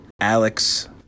Alex